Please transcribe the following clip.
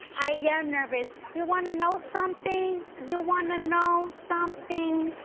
i am nervous. you want to know something? you want to know something?